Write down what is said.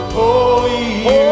holy